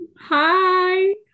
Hi